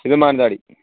ഇത് മാനന്തവാടി